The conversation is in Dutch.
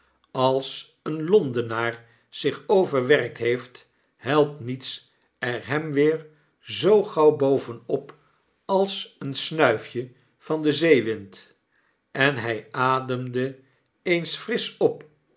als een londenaar zich overwerkt heeft helpt niets er hem weer zoo gauw bovenop als een snuifje van den zeewind en hij ademde eens frisch op